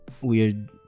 weird